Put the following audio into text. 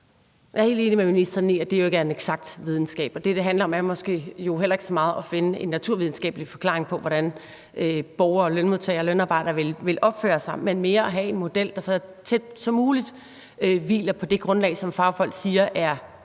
Jeg er helt enig med ministeren i, at det jo ikke er en eksakt videnskab. Det, det handler om, er jo måske heller ikke så meget at finde en naturvidenskabelig forklaring på, hvordan borgere, lønmodtagere og lønarbejdere vil opføre sig, men mere at have en model, der hviler så tæt som muligt på det grundlag, som fagfolk siger er det